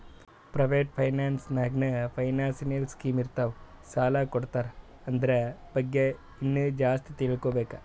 private finance ನಾಗ್ನೂ financial scheme ಇರ್ತಾವ್ ಸಾಲ ಕೊಡ್ತಾರ ಅದುರ್ ಬಗ್ಗೆ ಇನ್ನಾ ಜಾಸ್ತಿ ತಿಳ್ಕೋಬೇಕು